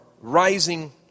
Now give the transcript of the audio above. rising